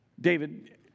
David